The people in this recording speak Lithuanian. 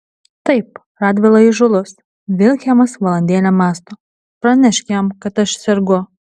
taip radvila įžūlus vilhelmas valandėlę mąsto pranešk jam kad aš sergu